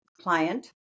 client